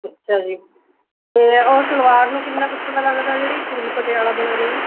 ਅੱਛਾ ਜੀ ਅਤੇ ਉਹ ਸਲਵਾਰ ਨੂੰ ਕਿੰਨਾ ਕੱਪੜਾ ਲੱਗਦਾ ਜਿਹੜੀ ਫੁੱਲ ਪਟਿਆਲਾ ਬਣਾਉਣੀ ਹੈ